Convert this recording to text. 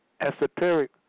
esoteric